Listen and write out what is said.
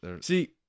See